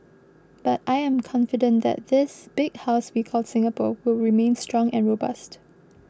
but I am confident that this big house we call Singapore will remain strong and robust